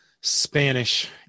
Spanish